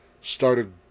started